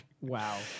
wow